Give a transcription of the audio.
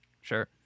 Sure